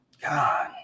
god